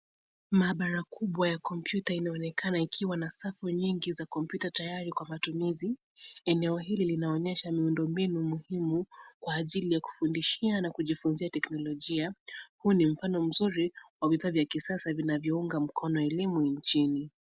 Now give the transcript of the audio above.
Maabara kubwa ya komputa inaonekana ikiwa na safu nyingi za komputa tayari kwa matumizi. Eneo hili linaonesha miundo mbinu muhimu kwa ajili ya kufundishia na kujifunza teknologia. Huu ni mfano mzuri vifaa vya kisasa vinavyounga mkono elimu nchini.